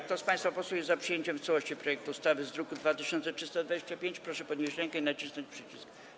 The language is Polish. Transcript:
Kto z państwa posłów jest za przyjęciem w całości projektu ustawy w brzmieniu z druku nr 2325, proszę podnieść rękę i nacisnąć przycisk.